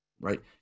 right